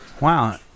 Wow